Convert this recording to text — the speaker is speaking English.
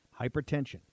Hypertension